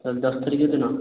ଦଶ ତାରିଖ ଦିନ